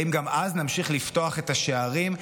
האם גם אז נמשיך לפתוח את השערים,